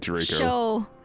show